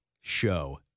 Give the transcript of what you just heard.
show